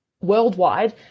worldwide